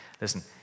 Listen